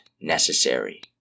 necessary